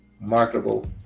marketable